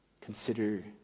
Consider